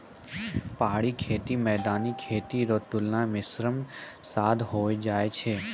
पहाड़ी खेती मैदानी खेती रो तुलना मे श्रम साध होय जाय छै